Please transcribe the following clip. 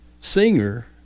singer